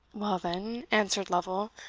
well, then, answered lovel,